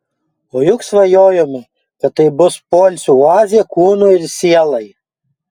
o juk svajojome kad tai bus poilsio oazė kūnui ir sielai